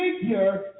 figure